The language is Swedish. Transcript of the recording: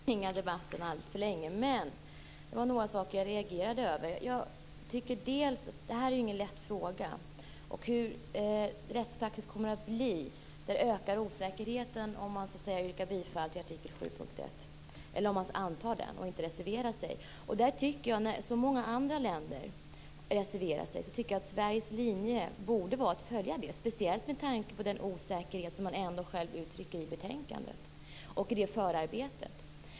Herr talman! Jag tänker inte förlänga debatten alltför mycket, men det var några saker som jag reagerade över. Det här är ingen lätt fråga. Hur än rättspraxisen kommer att bli ökar osäkerheten om man antar artikel 7.1 och inte reserverar sig. Eftersom så många länder reserverat sig tycker jag att Sveriges linje borde vara att följa dem, speciellt med tanke på den osäkerhet som man ändå själv uttrycker i betänkandet och i förarbetet.